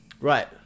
Right